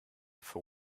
for